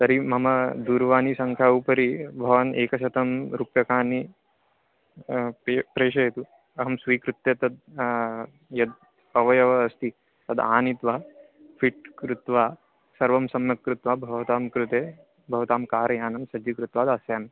तर्हि मम दूरवाणीसङ्खायाः उपरि भवान् एकशतं रूप्यकाणि पे प्रेषयतु अहं स्वीकृत्य तद् यद् अवयवः अस्ति तद् आनीत्वा फ़िट् कृत्वा सर्वं सम्यक् कृत्वा भवतां कृते भवतां कारयानं सज्जीकृत्वा दास्यामि